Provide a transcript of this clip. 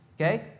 okay